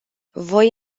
voi